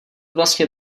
vlastně